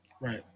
Right